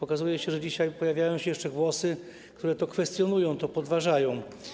Okazuje się, że dzisiaj pojawiają się jeszcze głosy, które to kwestionują, podważają.